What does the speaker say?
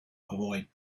avoid